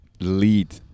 lead